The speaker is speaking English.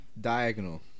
diagonal